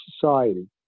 society